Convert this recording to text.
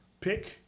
pick